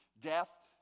death